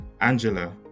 Angela